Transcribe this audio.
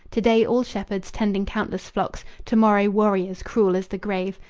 to-day all shepherds, tending countless flocks, to-morrow warriors, cruel as the grave,